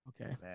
Okay